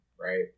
right